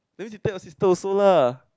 that means he take your sister also lah